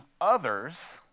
others